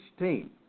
16